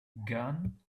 gun